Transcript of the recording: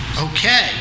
okay